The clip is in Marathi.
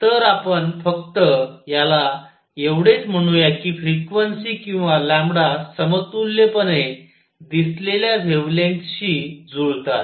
तर आपण फक्त ह्याला एवढेच म्हणूया की फ्रिक्वेन्सी किंवा समतुल्यपणे दिसलेल्या वेव्हलेंग्थशी जुळतात